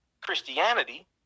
Christianity